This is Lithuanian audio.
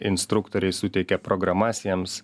instruktoriai suteikia programas jiems